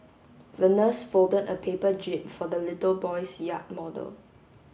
the nurse folded a paper jib for the little boy's yacht model